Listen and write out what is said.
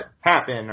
happen